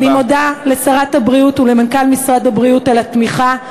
אני מודה לשרת הבריאות ולמנכ"ל משרד הבריאות על התמיכה,